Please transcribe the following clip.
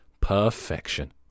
Perfection